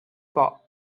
pas